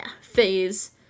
phase